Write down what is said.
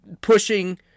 pushing